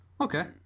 Okay